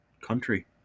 country